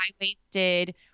high-waisted